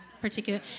particular